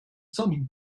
some